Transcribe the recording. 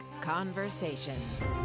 Conversations